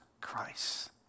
Christ